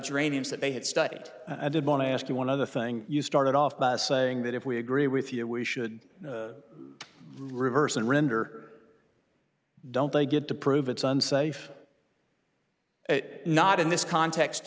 geraniums that they had studied i did want to ask you one other thing you started off by saying that if we agree with you we should reverse and render don't they get to prove it's unsafe not in this context